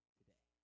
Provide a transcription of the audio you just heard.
today